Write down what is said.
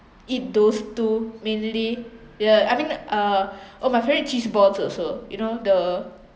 eat those two mainly ya I mean uh or my favourite cheese balls also you know the